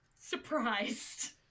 surprised